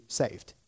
saved